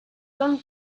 gone